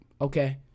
Okay